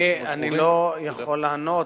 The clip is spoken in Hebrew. אני לא יכול לענות.